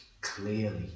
clearly